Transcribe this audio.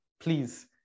please